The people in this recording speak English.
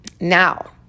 Now